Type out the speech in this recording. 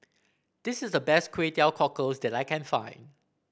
this is the best Kway Teow Cockles that I can find